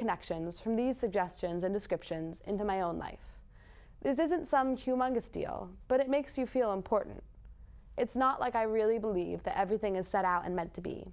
connections from these suggestions and descriptions into my own life this isn't some humongous deal but it makes you feel important it's not like i really believe that everything is set out and meant to be